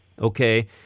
Okay